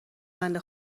بنده